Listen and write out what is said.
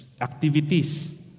activities